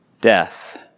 Death